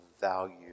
value